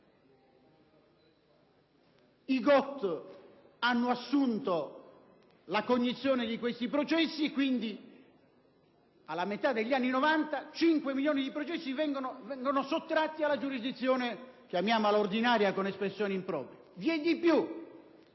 I GOT hanno assunto la cognizione di questi processi e quindi, alla metà degli anni '90, 5 milioni di processi vengono sottratti alla giurisdizione che chiamiamo con espressione impropria